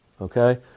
Okay